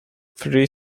free